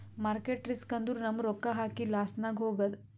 market risk ಅಂದುರ್ ನಮ್ ರೊಕ್ಕಾ ಹಾಕಿ ಲಾಸ್ನಾಗ್ ಹೋಗದ್